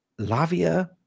Lavia